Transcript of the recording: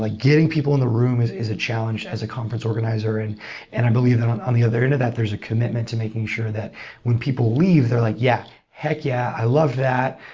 like getting people in the room is is a challenge as s conference organizer. and and i believe that on on the other end of that, there's a commitment to making sure that when people leave, they're like, yeah! heck yeah! i love that.